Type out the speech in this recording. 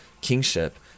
kingship